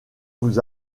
vous